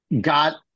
got